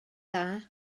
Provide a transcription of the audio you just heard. dda